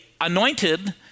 anointed